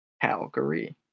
Calgary